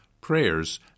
prayers